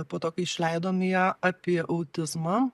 po to kai išleidom ją apie autizmą